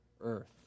earth